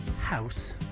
House